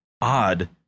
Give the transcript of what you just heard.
odd